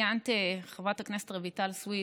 חברת הכנסת רויטל סויד,